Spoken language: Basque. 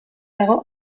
dago